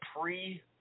pre